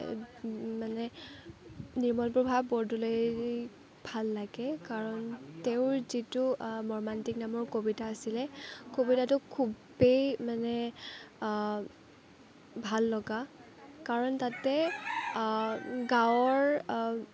মানে নিৰ্মল প্ৰভা বৰদলৈক ভাল লাগে কাৰণ তেওঁৰ যিটো মৰ্মান্তিক নামৰ কবিতা আছিলে কবিতাটো খুবেই মানে ভাল লগা কাৰণ তাতে গাৱঁৰ